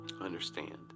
Understand